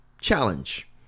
challenge